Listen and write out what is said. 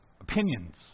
opinions